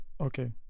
okay